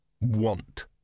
Want